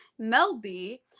Melby